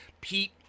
Pete